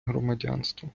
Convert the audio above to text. громадянство